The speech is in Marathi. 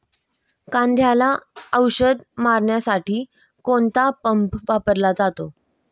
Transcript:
कांद्याला औषध मारण्यासाठी कोणता पंप वापरला जातो?